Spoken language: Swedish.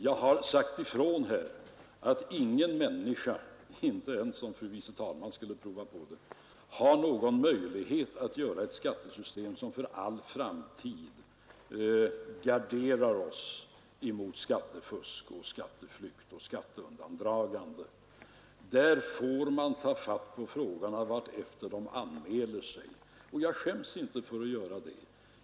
Jag har sagt ifrån att ingen människa, inte ens fru andre vice talmannen, om hon skulle prova på det, har någon möjlighet att göra ett skattesystem som för all framtid garderar oss mot skattefusk, skatteflykt och skatteundandragande. Man får ta fatt på frågorna allteftersom de anmäler sig, och jag skäms inte för att göra det.